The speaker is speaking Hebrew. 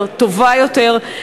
טובה יותר,